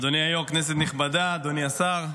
אדוני היו"ר, כנסת נכבדה, אדוני השר,